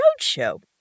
Roadshow